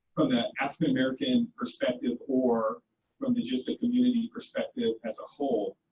from that african american perspective, or from the just the community perspective as a whole,